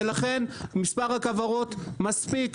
ולכן מספר הכוורות מספיק.